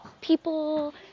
people